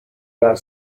that